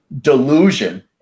delusion